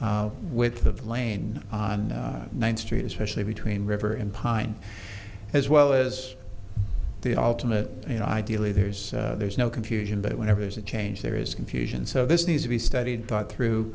width of lane when on one street especially between river and pine as well as the ultimate you know ideally there's there's no confusion but whenever there's a change there is confusion so this needs to be studied thought through